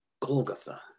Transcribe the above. Golgotha